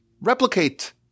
replicate